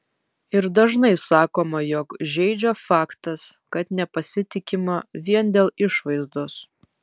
ir dažnai sakoma jog žeidžia faktas kad nepasitikima vien dėl išvaizdos